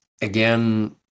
again